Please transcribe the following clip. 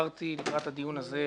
עברתי לקראת הדיון הזה,